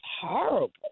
horrible